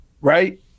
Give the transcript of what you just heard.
right